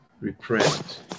repressed